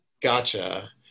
Gotcha